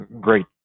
great